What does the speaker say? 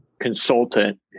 Consultant